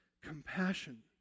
compassion